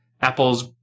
apple's